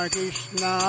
Krishna